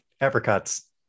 Apricots